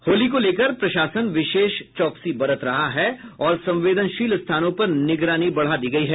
होली को लेकर प्रशासन विशेष चौकसी बरत रहा है और संवेदनशील स्थानों पर निगरानी बढ़ा दी गयी है